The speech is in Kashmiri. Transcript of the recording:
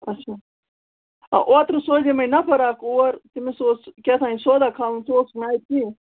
اچھا اَ اوترٕ سوزیمَے نفر اَکھ اور تٔمِس اوس کیٛاہ تام سودا کھالُن ژٕ اوسُکھ نہٕ اَتہِ کِہیٖنۍ